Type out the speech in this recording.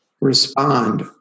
respond